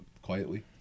Quietly